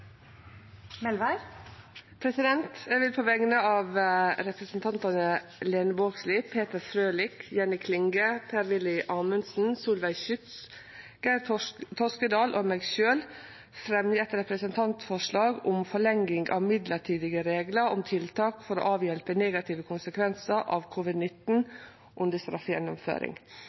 Eg vil på vegner av representantane Lene Vågslid, Peter Frølich, Jenny Klinge, Per-Willy Amundsen, Solveig Schytz, Geir Toskedal og meg sjølv fremje eit representantforslag om forlenging av mellombelse reglar om tiltak for å avhjelpe negative konsekvensar av covid-19 under straffegjennomføring.